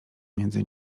między